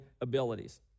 abilities